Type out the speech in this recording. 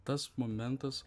tas momentas